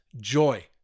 joy